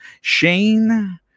Shane